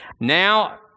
Now